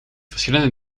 verschillende